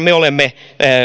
me olemme